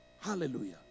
Hallelujah